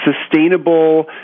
sustainable